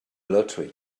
lottery